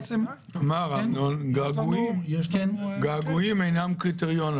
געגועים אינם קריטריון.